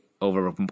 over